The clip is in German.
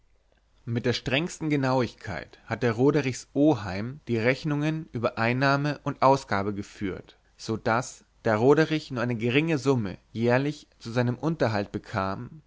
mit der strengsten genauigkeit hatte roderichs oheim die rechnungen über einnahme und ausgabe geführt so daß da roderich nur eine geringe summe jährlich zu seinem unterhalt bekam